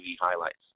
highlights